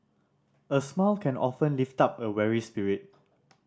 a smile can often lift up a weary spirit